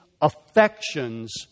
affections